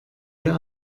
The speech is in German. wir